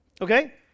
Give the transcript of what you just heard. Okay